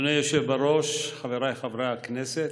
אדוני היושב-ראש, חבריי חברי הכנסת,